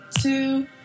two